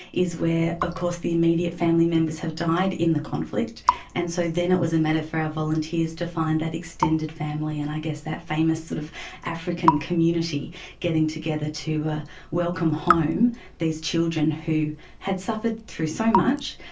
is where of course the immediate family members have died in the conflict and so then it was a matter for our volunteers to find that extended family and i guess that famous sort of african community getting together to welcome home these children who had suffered through so much,